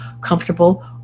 comfortable